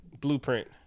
blueprint